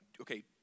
okay